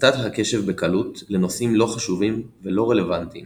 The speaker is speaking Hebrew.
הסטת הקשב בקלות לנושאים לא חשובים ולא רלוונטיים